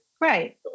Right